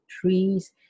trees